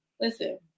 Listen